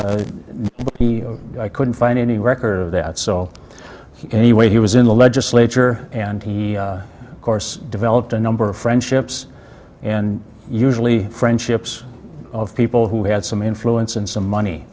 he couldn't find any record of that so anyway he was in the legislature and he of course developed a number of friendships and usually friendships of people who had some influence and some money